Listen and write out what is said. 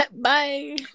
Bye